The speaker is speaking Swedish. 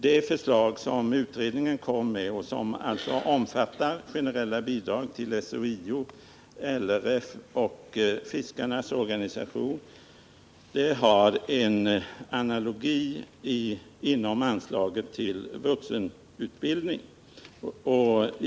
Det förslag som utredningen kom med och som omfattar generella bidrag till SHIO, LRF och Sveriges fiskares riksförbund är analogt med det förslag till anslag inom vuxenutbildningen som antogs av 1976/77 års riksdag.